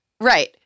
Right